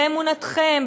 באמונתכם,